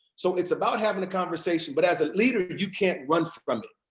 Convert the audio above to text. so it's about having a conversation, but as a leader but you can't run from it,